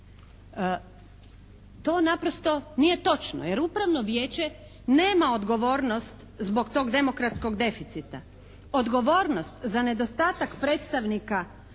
To naprosto nije točno jer Upravno vijeće nema odgovornost zbog tog demokratskog deficita, odgovornost za nedostatak predstavnika